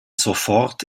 sofort